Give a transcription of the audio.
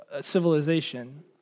civilization